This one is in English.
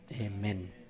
Amen